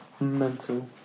mental